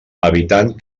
evitant